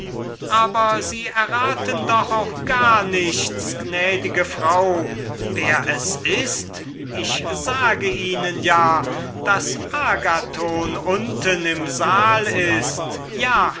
aber sie erraten doch auch gar nichts gnädige frau wer ist es ich sage ihnen daß agathon unten im saal ist ja